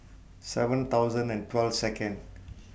seven thousand and twelve Second